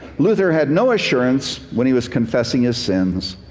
luther had no assurance when he was confessing his sins,